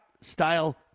style